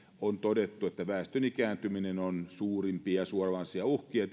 on todettu että väestön ikääntyminen on suurimpia suoranaisia uhkia